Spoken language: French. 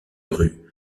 rue